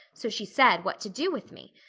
so she said, what to do with me.